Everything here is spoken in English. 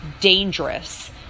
dangerous